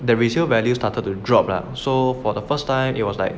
the resale value started to drop lah so for the first time it was